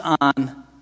on